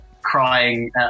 crying